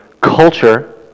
culture